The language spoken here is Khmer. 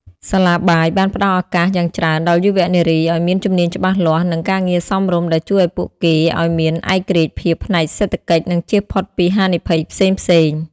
សាលាបាយបានផ្តល់ឱកាសយ៉ាងច្រើនដល់យុវនារីឱ្យមានជំនាញច្បាស់លាស់ និងការងារសមរម្យ ដែលជួយពួកគេឱ្យមាន ឯករាជ្យភាពផ្នែកសេដ្ឋកិច្ច និងចៀសផុតពីហានិភ័យផ្សេងៗ។